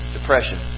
Depression